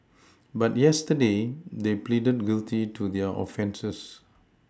but yesterday they pleaded guilty to their offences